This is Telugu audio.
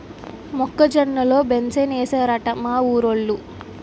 మొక్క జొన్న లో బెంసేనేశారట మా ఊరోలు